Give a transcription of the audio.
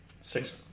six